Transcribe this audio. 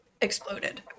exploded